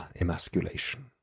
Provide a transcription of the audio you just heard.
emasculation